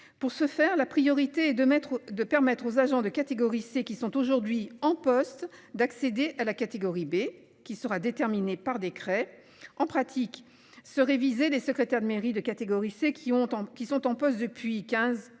Pour ce faire, la priorité est de mettre de permettre aux agents de catégorie C qui sont aujourd'hui en poste d'accéder à la catégorie B qui sera déterminé par décret en pratique ce réviser les secrétaires de mairie de catégorie C qui ont tant qu'ils sont